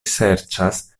serĉas